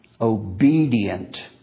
obedient